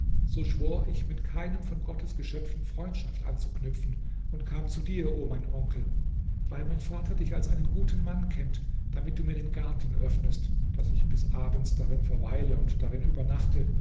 so schwor ich mit keinem von gottes geschöpfen freundschaft anzuknüpfen und kam zu dir o mein onkel weil mein vater dich als einen guten mann kennt damit du mir den garten öffnest daß ich bis abends darin verweile und darin übernachte